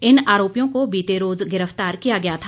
इन आरोपियों को बीते रोज गिरफ्तार किया गया था